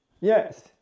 Yes